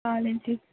चालेल ठीकं